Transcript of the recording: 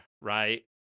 right